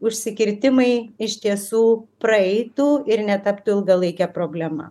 užsikirtimai iš tiesų praeitų ir netaptų ilgalaike problema